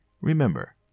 Remember